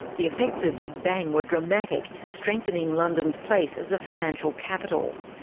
the effects of big bang were dramatic, strengthening london's place as a financial capital.